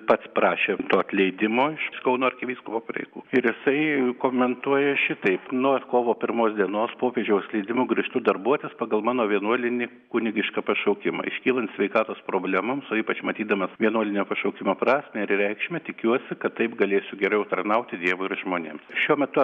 pats prašė to atleidimo iš kauno arkivyskupo pareigų ir jisai komentuoja šitaip nuo kovo pirmos dienos popiežiaus leidimu grįžtu darbuotis pagal mano vienuolinį kunigišką pašaukimą iškylant sveikatos problemoms o ypač matydamas vienuolinio pašaukimo prasmę ir reikšmę tikiuosi kad taip galėsiu geriau tarnauti dievui ir žmonėms šiuo metu